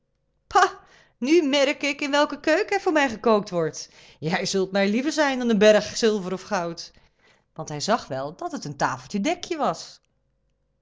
nu merk ik in welke keuken er voor mij gekookt wordt jij zult mij liever zijn dan een berg zilver of goud want hij zag wel dat het een tafeltje dek je was